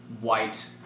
white